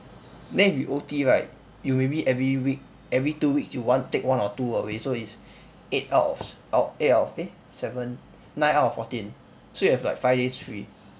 then if you O_T right you maybe every week every two weeks you want take one or two away so it's eight out of out eight out of eh seven nine out of fourteen so you have like five days free